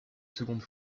seconde